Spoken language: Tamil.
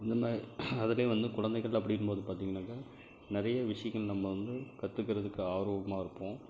இந்த மா அதிலே வந்து குழந்தைகள் அப்படின்போது பார்த்திங்கனாக்க நிறைய விஷயங்கள் நம்ம வந்து கற்றுக்குறதுக்கு ஆர்வமாக இருப்போம்